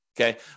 Okay